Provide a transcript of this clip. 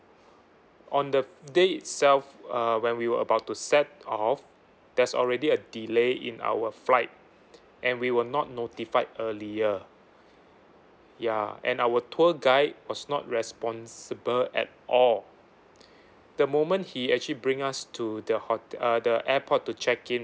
on the day itself uh when we were about to set off there's already a delay in our flight and we were not notified earlier ya and our tour guide was not responsible at all the moment he actually bring us to the hot~ uh the airport to check in